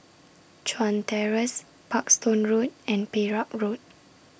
Chuan Terrace Parkstone Road and Perak Road